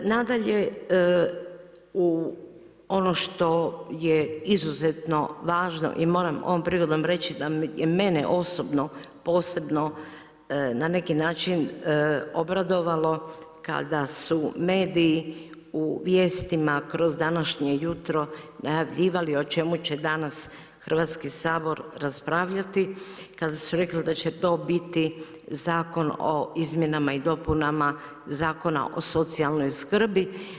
Nadalje ono što je izuzetno važno i moram ovom prigodom reći da je mene osobno posebno na neki način obradovalo kada su mediji u vijestima kroz današnje jutro najavljivali o čemu će danas Hrvatski sabor raspravljati, kada su rekli da će to biti Zakon o izmjenama i dopunama Zakona o socijalnoj skrbi.